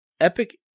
Epic